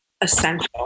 essential